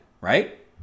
right